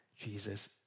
Jesus